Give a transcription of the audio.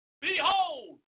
Behold